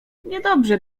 niedobrze